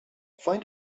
find